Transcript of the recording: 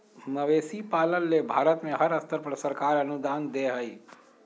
मवेशी पालन ले भारत में हर स्तर पर सरकार अनुदान दे हई